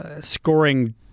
scoring